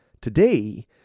Today